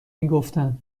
میگفتن